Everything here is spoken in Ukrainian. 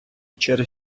через